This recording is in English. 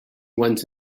went